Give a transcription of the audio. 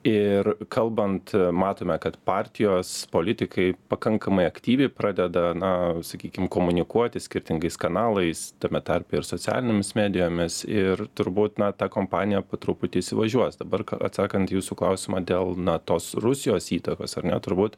ir kalbant matome kad partijos politikai pakankamai aktyviai pradeda na sakykim komunikuoti skirtingais kanalais tame tarpe ir socialinėmis medijomis ir turbūt na ta kompanija po truputį įsivažiuos dabar atsakant į jūsų klausimą dėl na tos rusijos įtakos ar ne turbūt